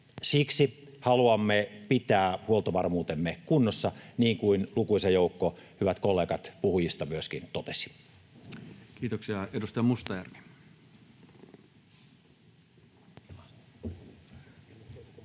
Siksi haluamme pitää huoltovarmuutemme kunnossa — niin kuin lukuisa joukko, hyvät kollegat, puhujista myöskin totesi. [Speech 99] Speaker: Toinen